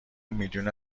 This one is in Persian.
میلیون